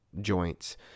joints